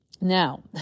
Now